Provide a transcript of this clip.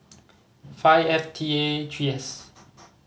five F T A three S